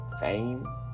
fame